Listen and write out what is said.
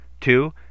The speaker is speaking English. Two